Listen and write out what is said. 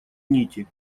нити